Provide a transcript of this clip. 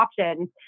options